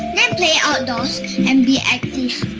than play outdoors and be active.